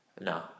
No